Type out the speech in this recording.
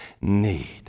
need